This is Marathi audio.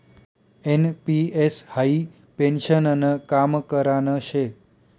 एन.पी.एस हाई पेन्शननं काम करान शे